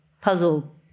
puzzle